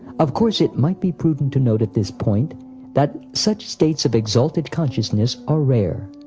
of course, it might be prudent to note at this point that such states of exalted consciousness are rare,